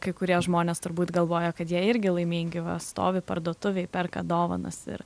kai kurie žmonės turbūt galvoja kad jie irgi laimingi va stovi parduotuvėj perka dovanas ir